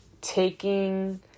taking